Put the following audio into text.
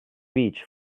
beach